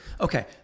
Okay